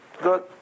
Good